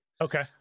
Okay